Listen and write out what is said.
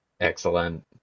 Excellent